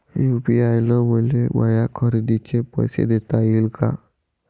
UPI न मले माया खरेदीचे पैसे देता येईन का?